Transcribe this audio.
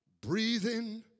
breathing